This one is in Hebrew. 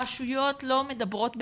הרשויות לא מדברות ביניהן,